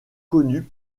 connue